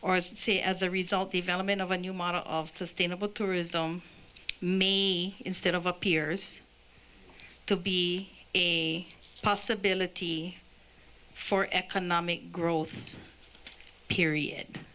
or see as a result development of a new model of sustainable tourism maybe instead of appears to be a possibility for economic growth period